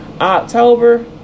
October